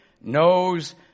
knows